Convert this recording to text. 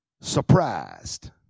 surprised